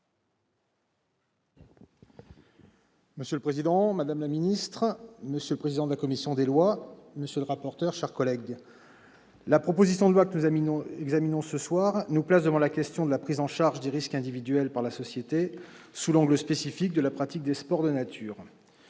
Monsieur le président, madame la secrétaire d'État, monsieur le président de la commission, monsieur le rapporteur, mes chers collègues, la proposition de loi que nous examinons ce soir nous place devant la question de la prise en charge des risques individuels par la société, sous l'angle spécifique de la pratique des sports de nature.